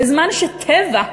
בזמן ש"טבע"